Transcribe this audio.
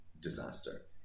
disaster